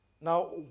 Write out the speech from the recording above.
Now